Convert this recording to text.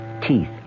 Teeth